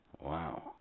Wow